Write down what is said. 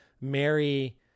Mary